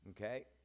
Okay